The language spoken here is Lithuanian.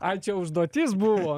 ai čia užduotis buvo